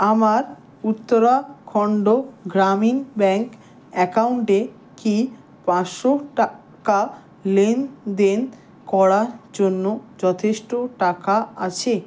আমার উত্তরাখণ্ড গ্রামীণ ব্যাঙ্ক অ্যাকাউন্টে কি পাঁচশো টাকা লেনদেন করার জন্য যথেষ্ট টাকা আছে